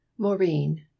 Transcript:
Maureen